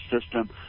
system